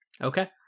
Okay